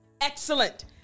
Excellent